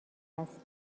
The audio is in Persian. است